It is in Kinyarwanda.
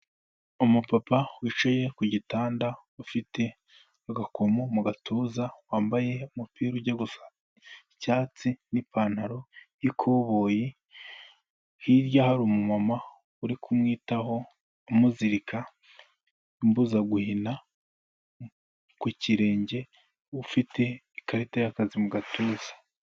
Umupapa wicaye ku gitanda ufite agakomo mu gatuza, wambaye umupira ujya gusa icyatsi n'ipantaro y'ikoboyi, hirya hari umumama uri kumwitaho, umuzirika imbuzaguhina ku kirenge, ufite ikarita y'akazi mu gatuza.